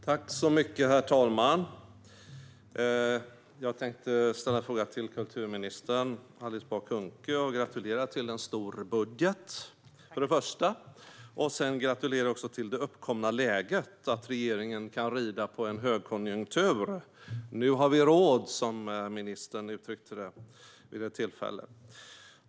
Herr talman! Jag tänkte ställa en fråga till kulturminister Alice Bah Kuhnke. Först och främst ska jag gratulera till en stor budget, och sedan ska jag gratulera till det uppkomna läget att regeringen kan rida på en högkonjunktur. Nu har vi råd, som ministern uttryckte det vid ett tillfälle.